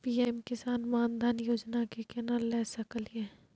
PM किसान मान धान योजना के केना ले सकलिए?